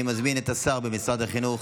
אני מזמין את השר במשרד החינוך,